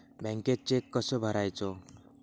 बँकेत चेक कसो भरायचो?